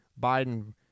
Biden